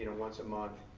once a month,